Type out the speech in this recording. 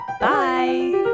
Bye